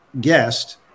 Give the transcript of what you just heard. guest